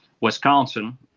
Wisconsin